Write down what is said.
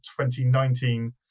2019